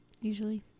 usually